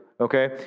okay